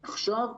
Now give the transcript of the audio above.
עכשיו,